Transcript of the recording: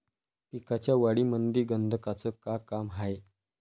पिकाच्या वाढीमंदी गंधकाचं का काम हाये?